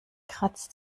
kratzt